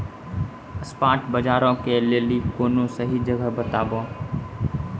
spot बजारो के लेली कोनो सही जगह बताबो